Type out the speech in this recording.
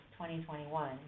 2021